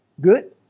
good